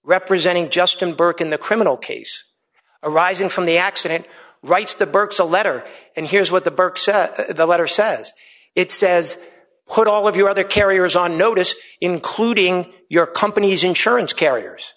representing justin burke in the criminal case arising from the accident writes the burkes a letter and here's what the burke said the letter says it says quote all of your other carriers on notice including your company's insurance carriers